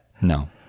No